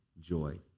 joy